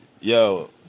Yo